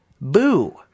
boo